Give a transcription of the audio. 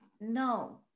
no